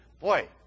boy